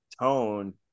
tone